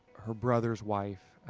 her brother's wife, ah.